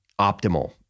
optimal